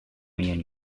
igen